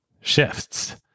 shifts